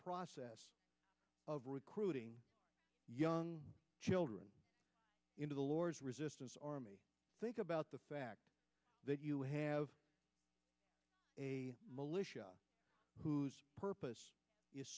process of recruiting young children into the lord's resistance army think about the fact that you have a militia whose purpose is